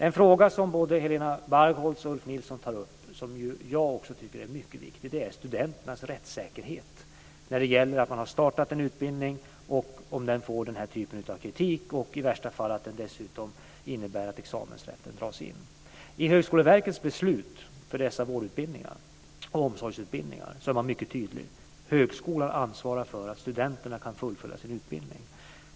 En fråga som både Helena Bargholtz och Ulf Nilsson tar upp, som jag också tycker är mycket viktig, är studenternas rättssäkerhet i de fall man har startat en utbildning och den får den här typen av kritik. I värsta fall kan det dessutom innebära att examensrätten dras in. I Högskoleverkets beslut för dessa vårdutbildningar och omsorgsutbildningar är man mycket tydlig. Högskolan ansvarar för att studenterna kan fullfölja sin utbildning.